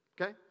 Okay